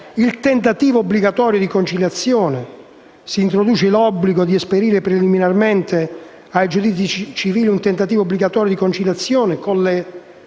al tentativo obbligatorio di conciliazione, si introduce l'obbligo di esperire preliminarmente ai giudizi civili un tentativo obbligatorio di conciliazione, con le